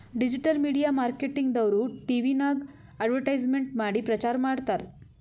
digital media marketing ದವ್ರು ಟಿವಿನಾಗ್ advertisement ಮಾಡಿ ಪ್ರಚಾರ್ ಮಾಡ್ತಾರ್